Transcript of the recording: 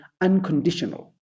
unconditional